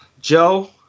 Joe